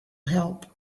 help